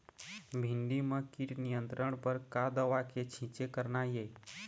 भिंडी म कीट नियंत्रण बर का दवा के छींचे करना ये?